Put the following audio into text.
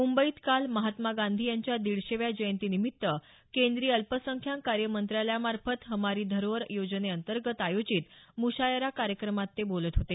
मुंबईत काल महात्मा गांधी यांच्या दीडशेव्या जयंतीनिमित्त केंद्रीय अल्पसंख्याक कार्य मंत्रालयमार्फत हमारी धरोहर योजनेतंगत आयोजित मुशायरा कार्यक्रमात ते बोलत होते